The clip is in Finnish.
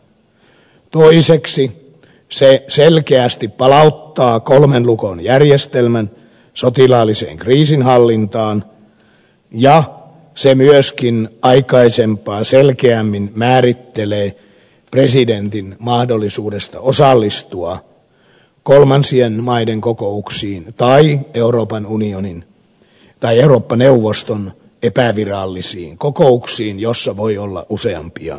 toiseksi se selkeästi palauttaa kolmen lukon järjestelmän sotilaalliseen kriisinhallintaan ja se myöskin aikaisempaa selkeämmin määrittelee presidentin mahdollisuutta osallistua kolmas maa kokouksiin tai euroopan unionin tai eurooppa neuvoston epävirallisiin kokouksiin joissa voi olla useampia edustajia